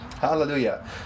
Hallelujah